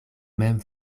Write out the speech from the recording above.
mem